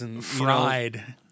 fried